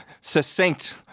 succinct